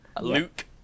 Luke